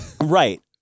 Right